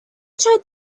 tried